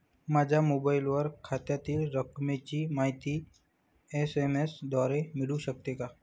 माझ्या मोबाईलवर खात्यातील रकमेची माहिती एस.एम.एस द्वारे मिळू शकते का?